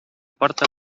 porta